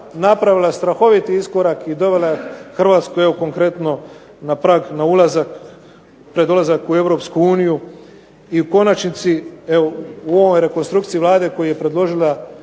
napravila strahoviti iskorak i dovela je Hrvatsku konkretno na prag, na ulazak, pred ulazak u EU i u konačnici u ovoj rekonstrukciji Vlade koje je predložila